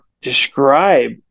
describe